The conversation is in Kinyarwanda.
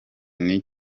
n’iki